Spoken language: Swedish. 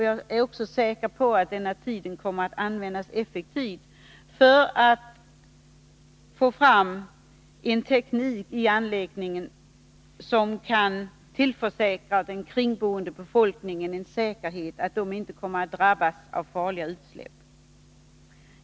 Jag är också säker på att denna tid kommer att användas effektivt för att få fram en teknik i anläggningen som kan tillförsäkra den kringboende befolkningen en trygghet — att de inte kommer att drabbas av farliga utsläpp.